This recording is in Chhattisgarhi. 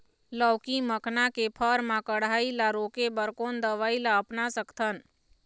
लाउकी मखना के फर मा कढ़ाई ला रोके बर कोन दवई ला अपना सकथन?